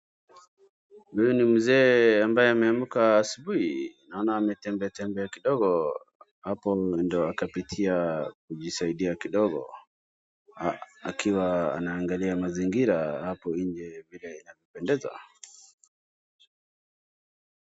Huyu ni mzee ambaye ameamka asubuhi ,naona ametembea tembea kidogo hapo ndo akapitia kujisaidia kidogo, akiwa anaangalia mazingira hapo nje vile ya kupendeza.